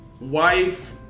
wife